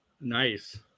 nice